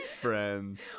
Friends